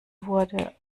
wurde